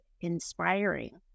inspiring